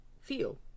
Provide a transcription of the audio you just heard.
feel